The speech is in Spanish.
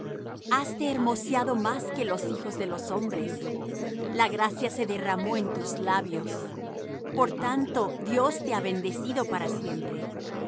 haste hermoseado más que los hijos de los hombres la gracia se derramó en tus labios por tanto dios te ha bendecido para siempre